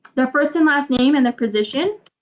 the first and last name and the position